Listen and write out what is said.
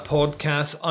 Podcast